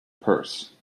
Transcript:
purse